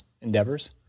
endeavors